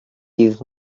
ddydd